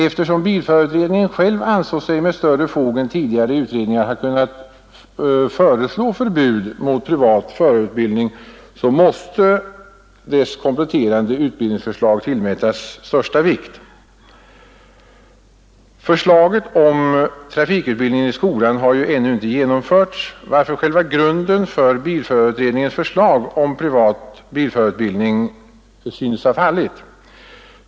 Eftersom bilförarutredningen själv ansåg sig med större fog än tidigare utredningar ha kunnat föreslå förbud mot privat förarutbildning måste dess kompletterande utbild ningsförslag tillmätas största vikt. Förslaget om trafikutbildningen i skolan har ännu inte genomförts, varför själva grunden för bilförarutredningens förslag om privat bilförarutbildning synes ha fallit.